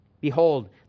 Behold